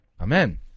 Amen